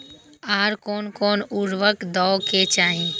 आर कोन कोन उर्वरक दै के चाही?